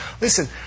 listen